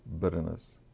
bitterness